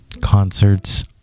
Concerts